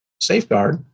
safeguard